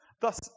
Thus